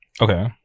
Okay